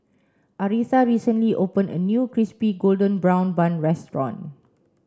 Aretha recently opened a new crispy golden brown bun restaurant